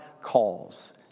calls